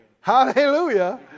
Hallelujah